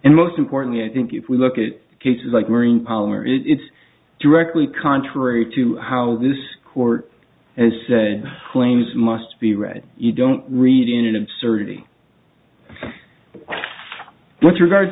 and most importantly i think if we look at cases like marine power it's directly contrary to how this court as claims must be read you don't read in absurdity with regard